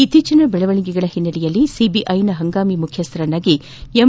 ಇತ್ತೀಚಿನ ಬೆಳವಣಿಗೆಗಳ ಹಿನ್ನೆಲೆಯಲ್ಲಿ ಸಿಬಿಐನ ಹಂಗಾಮಿ ಮುಖ್ಯಸ್ಥರನ್ನಾಗಿ ಎಂ